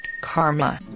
karma